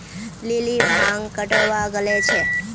lily भांग कटावा गले छे